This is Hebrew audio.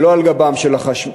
שלא על גבם של החלשים.